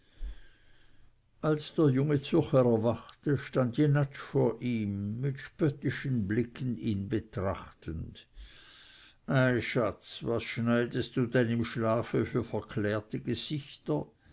als der junge zürcher erwachte stand jenatsch vor ihm mit spöttischen blicken ihn betrachtend ei schatz was schneidest du denn im schlafe für verklärte gesichter